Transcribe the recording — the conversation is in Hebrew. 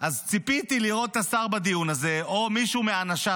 אז ציפיתי לראות בדיון הזה את השר או מישהו מאנשיו,